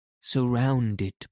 Surrounded